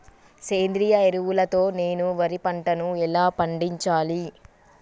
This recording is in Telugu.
సేంద్రీయ ఎరువుల తో నేను వరి పంటను ఎలా పండించాలి?